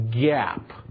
gap